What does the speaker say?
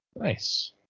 Nice